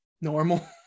normal